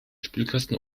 spülkasten